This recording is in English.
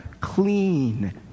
clean